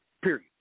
period